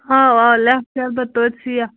آ آ لیٚکھ شَربَت توٚتہِ سِیاہ